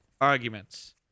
arguments